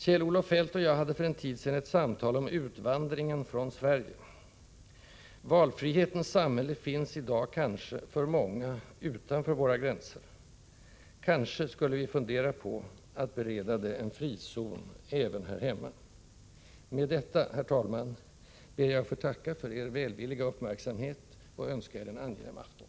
Kjell-Olof Feldt och jag hade för en tid sedan ett samtal om utvandringen från Sverige. Valfrihetens samhälle finns i dag kanske, för många, utanför våra gränser. Kanske skulle vi fundera på att bereda det en frizon även här hemma. Herr talman! Med detta ber jag att få tacka för er välvilliga uppmärksam = Nr 17 het och önska er en angenäm afton.